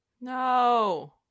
No